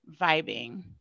vibing